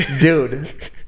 Dude